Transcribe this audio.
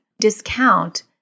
discount